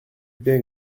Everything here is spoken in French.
bien